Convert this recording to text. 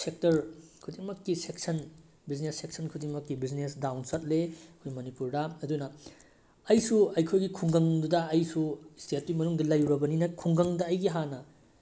sector ꯈꯨꯗꯤꯡꯃꯛꯀꯤ section business section ꯈꯨꯗꯤꯡꯃꯛꯀꯤ business down ꯆꯠꯂꯤ ꯑꯩꯈꯣꯏ ꯃꯅꯤꯄꯨꯔꯗ ꯑꯗꯨꯅ ꯑꯩꯁꯨ ꯑꯩꯈꯣꯏꯒꯤ ꯈꯨꯡꯒꯪꯗꯨꯗ ꯑꯩꯁꯨ ꯏꯁꯇꯦꯠꯇꯨꯒꯤ ꯃꯅꯨꯡꯗ ꯂꯩꯔꯨꯔꯕꯅꯤꯅ ꯈꯨꯡꯒꯪꯗ ꯑꯩꯒꯤ ꯍꯥꯟꯅ